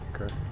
okay